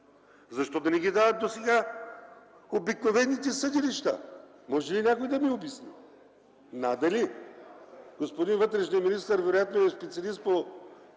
Защо да не ги дават обикновените съдилища? Може ли някой да ми обясни? Надали! Господин вътрешният министър вероятно е специалист по